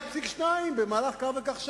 1.2 מיליארד במהלך כך וכך שנים.